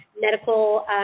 medical